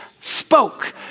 spoke